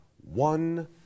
one